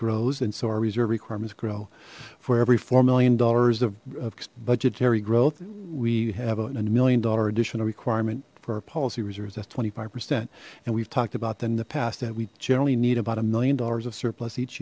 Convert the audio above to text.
grows and so our reserve requirements grow for every four million dollars of budgetary growth we have a million dollar additional requirement for our policy reserves that's twenty five percent and we've talked about that in the past that we generally need about a million dollars of surplus each